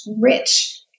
rich